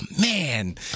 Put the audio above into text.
man